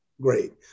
Great